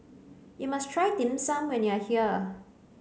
you must try dim sum when you are here